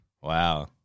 Wow